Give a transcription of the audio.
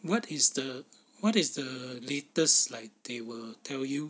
what is the what is the latest like they will tell you